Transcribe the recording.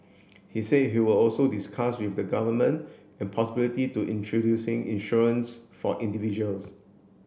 he said he would also discuss with the government an possibility to introducing insurance for individuals